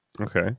Okay